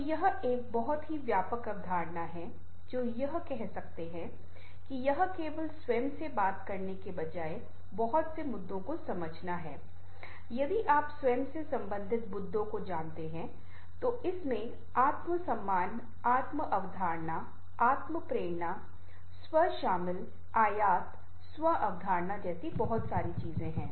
तो यह एक बहुत ही व्यापक अवधारणा है जो यह कह सकता है कि यह केवल स्वयं से बात करने के बजाय बहुत से मुद्दों को समझना है यदि आप स्वयं से संबंधित मुद्दों को जानते हैं तो इसमें आत्म सम्मान आत्म अवधारणा आत्म प्रेरणा स्व शामिल आयात स्व अवधारणा जैसी बहुत सारी चीजें हैं